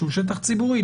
שהוא שטח ציבורי,